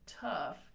tough